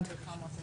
(היו"ר אופיר כץ)